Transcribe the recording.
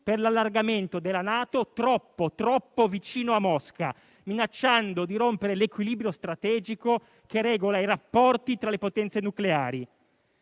per l'allargamento della NATO troppo vicino a Mosca, minacciando di rompere l'equilibrio strategico che regola i rapporti tra le potenze nucleari.